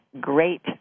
great